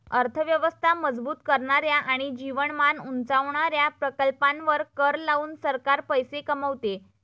अर्थ व्यवस्था मजबूत करणाऱ्या आणि जीवनमान उंचावणाऱ्या प्रकल्पांवर कर लावून सरकार पैसे कमवते